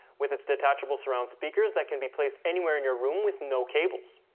with its detachable surround speakers that can be placed anywhere in your room with no cables.